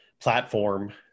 platform